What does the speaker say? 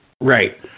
Right